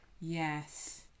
Yes